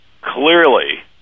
clearly